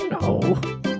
No